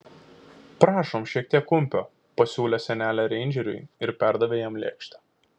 prašom šiek tiek kumpio pasiūlė senelė reindžeriui ir perdavė jam lėkštę